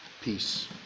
peace